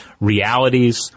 realities